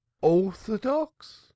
orthodox